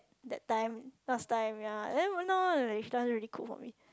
that time last time ya and then even now like she don't really cook for me